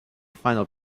final